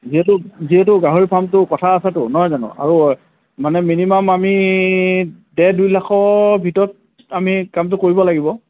যিহেতু যিহেতু গাহৰি ফাৰ্মটো কথা আছেটো নহয় জানো আৰু মানে মিনিমাম আমি ডেৰ দুই লাখৰ ভিতৰত আমি কামটো কৰিব লাগিব